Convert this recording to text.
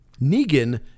Negan